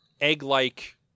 egg-like